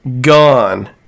gone